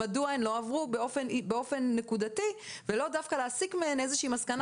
מדוע הן לא עברו באופן נקודתי ולא דווקא להסיק מהן איזו שהיא מסקנה